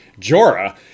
Jorah